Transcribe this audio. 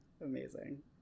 Amazing